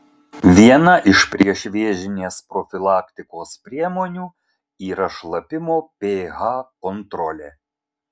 viena iš priešvėžinės profilaktikos priemonių yra šlapimo ph kontrolė